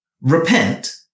Repent